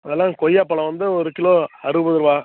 அதெல்லாம் கொய்யாப்பழம் வந்து ஒரு கிலோ அறுபது ரூபா